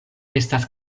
estas